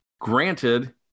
Granted